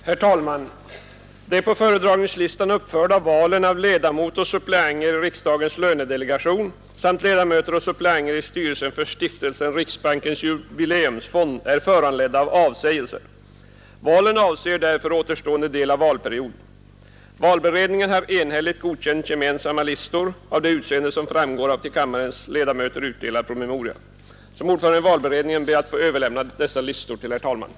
Herr talman! De på föredragningslistan uppförda valen av ledamot och suppleanter i riksdagens lönedelegation samt ledamöter och suppleanter i styrelsen för Stiftelsen Riksbankens jubileumsfond är föranledda av avsägelser. Valen avser därför återstående del av valperiod. Valberedningen har enhälligt godkänt gemensamma listor av det utseende som framgår av till kammarens ledamöter utdelad promemoria. Som ordförande i valberedningen ber jag att få överlämna dessa listor till herr talmannen.